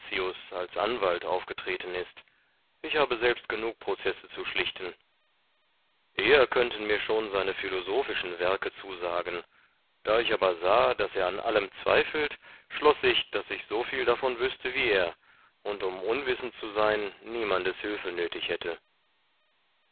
als anwald aufgetreten ist ich habe selbst genug processe zu schlichten eher könnten mir schon seine philosophischen werke zusagen da ich aber sah daß er an allem zweifelt schloß ich daß ich soviel davon wüßte wie er und um unwissend zu sein niemandes hülfe nöthig hätte